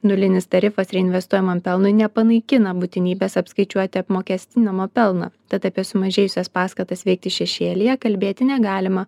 nulinis tarifas reinvestuojamam pelnui nepanaikina būtinybės apskaičiuoti apmokestinamą pelną tad apie sumažėjusias paskatas veikti šešėlyje kalbėti negalima